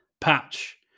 patch